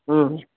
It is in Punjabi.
ਹਮ